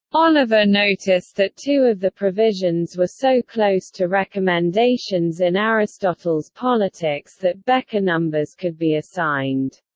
oliver noticed that two of the provisions were so close to recommendations in aristotle's politics that bekker numbers could be assigned.